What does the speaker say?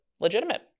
legitimate